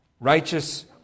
Righteous